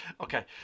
Okay